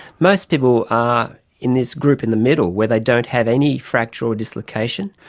most people are in this group in the middle where they don't have any fracture or dislocation.